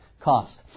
cost